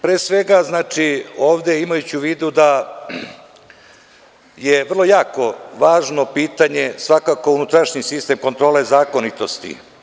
Pre svega, ovde imajući u vidu da je vrlo jako važno pitanje svakako unutrašnji sistem kontrole zakonitosti.